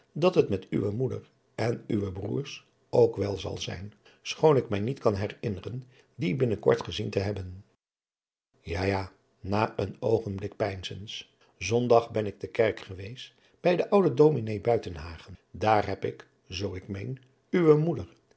dat het met uwe moeder en uwe broêrs ook wel zal zijn schoon ik mij niet kan herinneren die binnen kort gezien te hebben ja ja na een oogenblik peinzens zondag ben ik te kerk geweest bij den ouden ds buitenhagen daar heb ik zoo ik meen uwe moeder